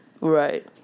Right